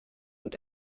und